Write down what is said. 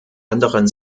anderen